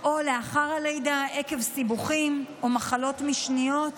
או לאחר הלידה, עקב סיבוכים או מחלות משניות,